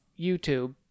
YouTube